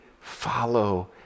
follow